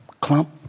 clump